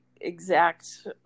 exact